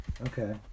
Okay